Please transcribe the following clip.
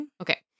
Okay